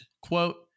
quote